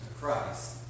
Christ